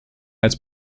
als